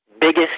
Biggest